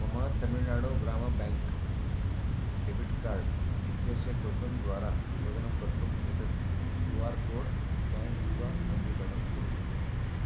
मम Tamil Nadu Grama Bank debit card इत्यस्य token द्वारा शोधनं कर्तुम् एतत् क्यू आर कोड् स्कान् कृत्वा पञ्जीकरणं कुरु